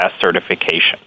certification